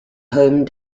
home